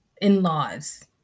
in-laws